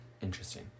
Interesting